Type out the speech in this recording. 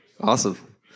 Awesome